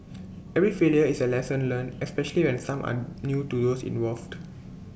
every failure is A lesson learnt especially and some are new to those involved